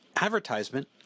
advertisement